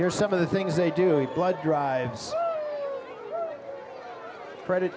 here some of the things they do a blood drives credit